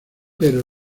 pero